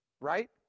Right